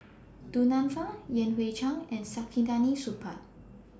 Du Nanfa Yan Hui Chang and Saktiandi Supaat